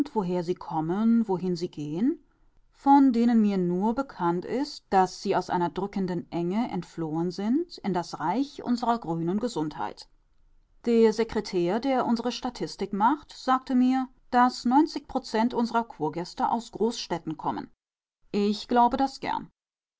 woher sie kommen wohin sie gehen von denen mir nur bekannt ist daß sie aus einer drückenden enge entflohen sind in das reich unserer grünen gesundheit der sekretär der unsere statistik macht sagte mir daß neunzig prozent unserer kurgäste aus großstädten kommen ich glaube das gern